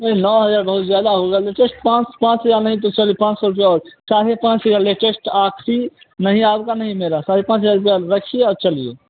ये नौ हज़ार बहुत ज़्यादा होगा लेटेस्ट पाँच पाँच हज़ार नहीं तो चलिए पाँच सौ रुपये और साढ़े पाँच हज़ार लेटेस्ट आख़री नहीं आप का नहीं मेरा साढ़े पाँच हज़ार रुपये रखिए और चलिए